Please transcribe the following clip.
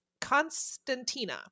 Constantina